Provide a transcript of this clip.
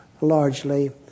largely